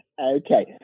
Okay